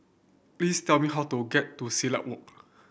please tell me how to get to Silat Walk